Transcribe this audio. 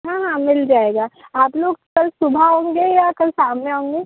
हाँ हाँ मिल जाएगा आप लोग कल सुबह आओंगे या कल शाम में आओगे